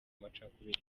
macakubiri